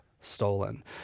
stolen